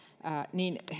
niin